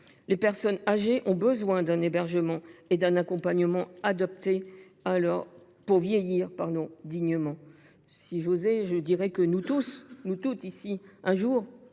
Les personnes âgées ont besoin d’un hébergement et d’un accompagnement adaptés pour vieillir dignement. Si j’osais, je dirais que nous tous ici compterons, un jour,